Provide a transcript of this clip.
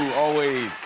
always.